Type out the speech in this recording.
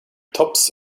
tops